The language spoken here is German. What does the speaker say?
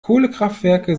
kohlekraftwerke